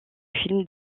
film